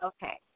Okay